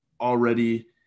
already –